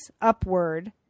upward